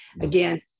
again